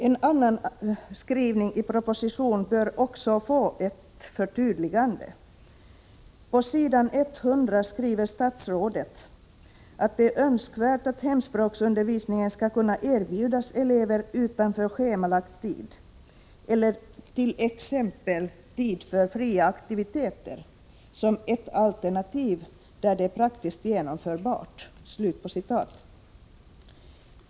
En annan skrivning i propositionen bör också få ett förtydligande. På s. 100 skriver statsrådet ”att det är önskvärt att hemspråksundervisning skall kunna erbjudas elever utanför schemalagd tid eller under t.ex. tid för fria aktiviteter som ett alternativ där det är praktiskt genomförbart”.